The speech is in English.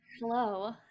hello